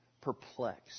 perplexed